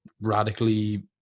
radically